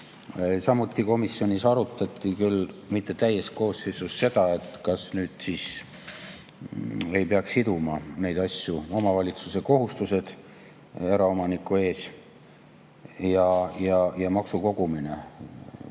all. Komisjonis arutati, küll mitte täies koosseisus, seda, kas ei peaks siduma neid asju: omavalitsuse kohustused eraomaniku ees ja maksukogumine.